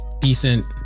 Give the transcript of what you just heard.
decent